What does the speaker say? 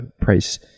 price